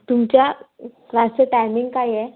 तुमच्या क्लासचं टायमिंग काय आहे